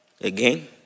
Again